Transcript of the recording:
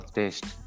taste